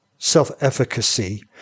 self-efficacy